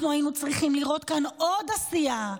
אנחנו היינו צריכים לראות כאן עוד עשייה,